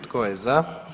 Tko je za?